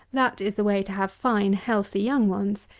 that is the way to have fine healthy young ones,